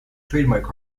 trademark